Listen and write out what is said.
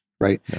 right